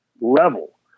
level